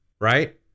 Right